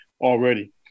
already